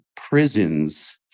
prisons